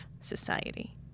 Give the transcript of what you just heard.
society